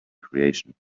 creation